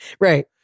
Right